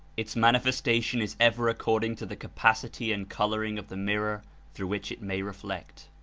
it manifestation is ever according to the capacity and coloring of the mirror through which it may reflect.